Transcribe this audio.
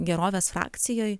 gerovės frakcijoj